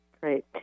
Great